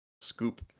scoop